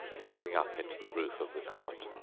gazing up into the roof of the court.